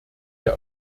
der